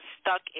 stuck